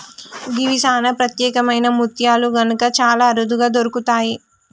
గివి సానా ప్రత్యేకమైన ముత్యాలు కనుక చాలా అరుదుగా దొరుకుతయి